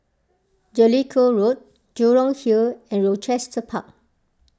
Jellicoe Road Jurong Hill and Rochester Park